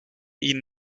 ihnen